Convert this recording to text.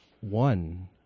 One